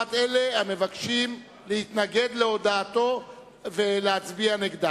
לעומת אלה המבקשים להתנגד להודעתו ולהצביע נגדה.